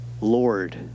Lord